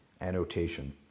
annotation